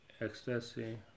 ecstasy